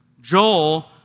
Joel